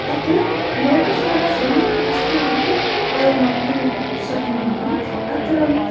अत्र लोकसेवा सम्यक् अस्ति इति वयं वक्तुं शक्नुमः अत्र